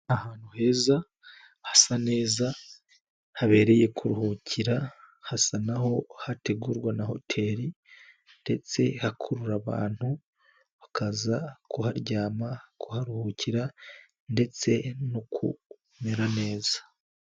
Ahantu heza hasa neza, habereye kuruhukira, hasa n'aho hategurwa na hoteli, ndetse hakurura abantu bakaza kuharyama, kuharuhukira, ndetse no kumera neza.